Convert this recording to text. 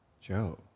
Joe